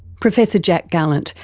professor jack gallant,